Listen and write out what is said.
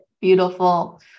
Beautiful